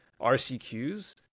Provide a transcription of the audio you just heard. rcqs